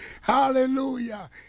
Hallelujah